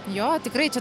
jo tikrai čia